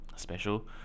special